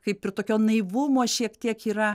kaip ir tokio naivumo šiek tiek yra